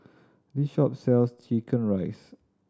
this shop sells chicken rice